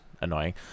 annoying